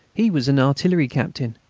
he was an artillery captain.